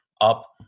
up